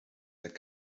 their